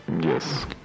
yes